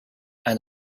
and